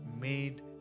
made